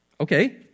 Okay